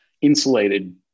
insulated